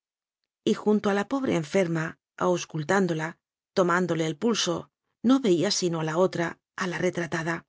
abajo y junto a la pobre enferma auscultándola tomándole el pulso no veía sino a la otra a la retratada